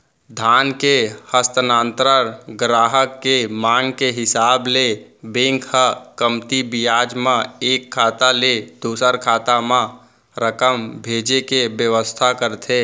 धन के हस्तांतरन गराहक के मांग के हिसाब ले बेंक ह कमती बियाज म एक खाता ले दूसर खाता म रकम भेजे के बेवस्था करथे